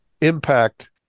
impact